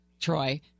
Troy